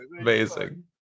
Amazing